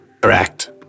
correct